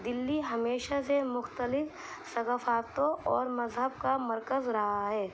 دلی ہمیشہ سے مختلف ثقافتوں اور مذہب کا مرکز رہا ہے